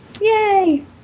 Yay